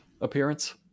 appearance